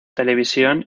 televisión